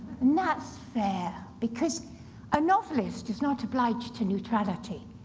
that's fair, because a novelist is not obliged to neutrality.